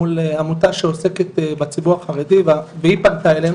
מול עמותה שעוסקת בציבור החרדי והיא פנתה אלינו